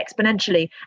exponentially